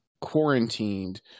quarantined